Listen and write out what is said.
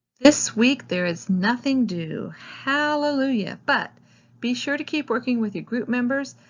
this week there is nothing due hallelujah but be sure to keep working with your group members.